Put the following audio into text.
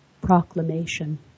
proclamation